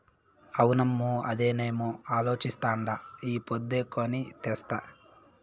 అవునమ్మో, అదేనేమో అలోచిస్తాండా ఈ పొద్దే కొని తెస్తా